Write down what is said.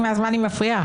מה זה מקפידים בכבודו.